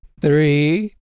three